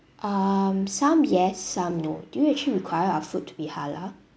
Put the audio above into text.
um some yes some no do you actually required our food to be halal